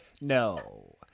No